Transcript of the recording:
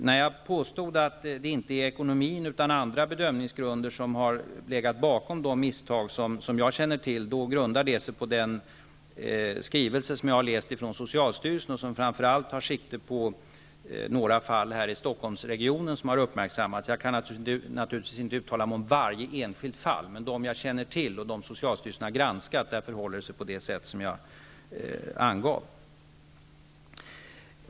När jag påstår att det inte är ekonomin utan andra bedömningsgrunder som har legat bakom de misstag som jag känner till, grundar det sig på den skrivelse från socialstyrelsen som jag har läst och som framför allt tar sikte på några fall här i Stockholmsregionen som har uppmärksammats. Jag kan naturligtvis inte uttala mig om varje enskilt fall, men i de fall som jag känner till och som socialstyrelsen har granskat förhåller det sig på det sätt som jag angav.